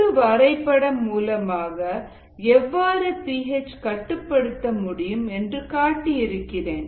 ஒரு வரைபடம் மூலமாக எவ்வாறு பி ஹெச் கட்டுப்படுத்த முடியும் என்று காட்டி இருக்கிறேன்